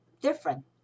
different